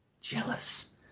Jealous